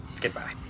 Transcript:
Goodbye